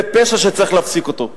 זה פשע שצריך להפסיק אותו.